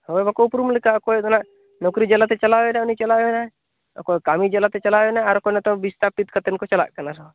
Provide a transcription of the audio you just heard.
ᱦᱳᱭ ᱵᱟᱠᱚ ᱩᱯᱨᱩᱢ ᱞᱮᱠᱟ ᱚᱠᱚᱭ ᱫᱚ ᱱᱟᱦᱟᱸᱜ ᱱᱚᱠᱨᱤ ᱡᱟᱞᱟ ᱛᱮ ᱪᱟᱞᱟᱣ ᱮᱱᱟᱭ ᱩᱱᱤ ᱪᱟᱞᱟᱣ ᱮᱱᱟ ᱚᱠᱚᱭ ᱠᱟᱹᱢᱤ ᱡᱟᱞᱟᱛᱮ ᱪᱟᱞᱟᱣ ᱮᱱᱟᱭ ᱟᱨ ᱚᱠᱚᱭ ᱱᱤᱛᱚᱜ ᱵᱤᱥᱛᱟᱯᱤᱥ ᱠᱟᱛᱮᱱ ᱦᱚᱸᱠᱚ ᱪᱟᱞᱟᱜ ᱠᱟᱱᱟ ᱟᱨᱦᱚᱸ